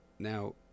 Now